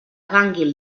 gànguil